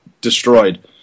destroyed